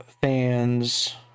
fans